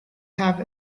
have